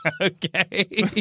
Okay